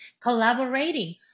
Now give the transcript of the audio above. collaborating